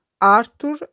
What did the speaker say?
Arthur